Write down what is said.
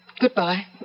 Goodbye